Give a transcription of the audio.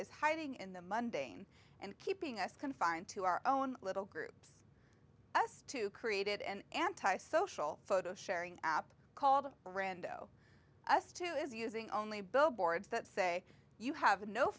is hiding in the mundine and keeping us confined to our own little groups us to created an anti social photo sharing app called brando us two is using only billboards that say you have no